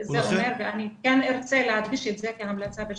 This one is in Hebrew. אני ארצה להדגיש את זה כאן כהמלצה,